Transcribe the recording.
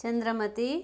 Chandramati